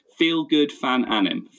feelgoodfananim